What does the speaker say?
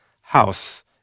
house